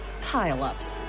pile-ups